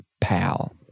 pal